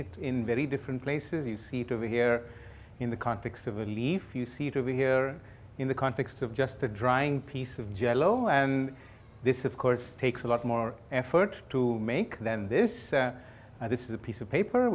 it in very different places you see it over here in the context of a leaf you see it over here in the context of just a drying piece of jell o and this of course takes a lot more effort to make then this this is a piece of paper